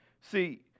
See